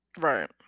Right